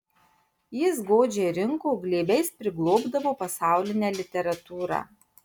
jis godžiai rinko glėbiais priglobdavo pasaulinę literatūrą